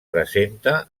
presenta